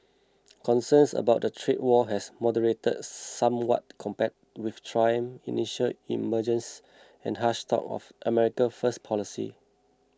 concerns about a trade war have moderated somewhat compared with Trump's initial emergence and harsh talk of America first policy